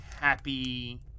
happy